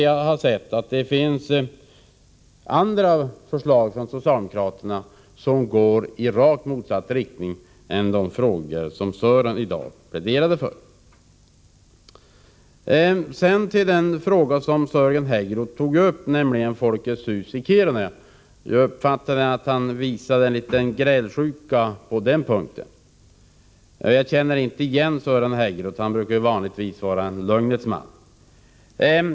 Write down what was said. Jag har sett att det finns andra förslag från socialdemokraterna, som går i rakt motsatt riktning mot de tankar som Sören Häggroth pläderade för. Så över till den fråga som Sören Häggroth tog upp, nämligen Folkets hus i Kiruna. Jag uppfattade det som att han var en aning grälsjuk på den punkten. Jag känner inte igen Sören Häggroth, för han brukar vanligtvis vara en lugn man.